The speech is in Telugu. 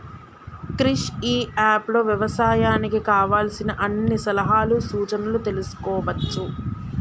క్రిష్ ఇ అప్ లో వ్యవసాయానికి కావలసిన అన్ని సలహాలు సూచనలు తెల్సుకోవచ్చు